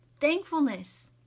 thankfulness